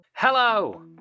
Hello